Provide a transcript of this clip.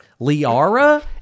Liara